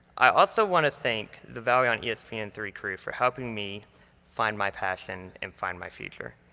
i also want to thank the valley on e s p n three crew for helping me find my passion and find my future.